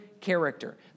character